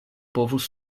povus